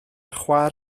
chwaer